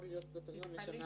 ונמצאים בבית?